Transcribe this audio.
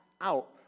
out